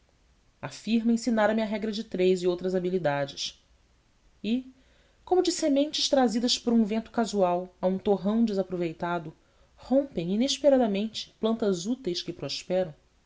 firma ensinara me a regra de três e outras habilidades e como de sementes trazidas por um vento casual a um torrão desaproveitado rompem inesperadamente plantas úteis que prosperam